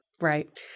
Right